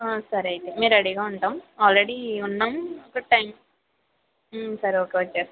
సరే అయితే మేము రెడీ గా ఉంటాము ఆల్రెడీ ఉన్నాం ఒక టెన్ సరే ఓకే వచ్చేస్తాం